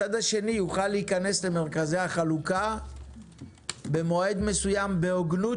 אם הוא נכנס מידית זה יכול לפגוע בהם עד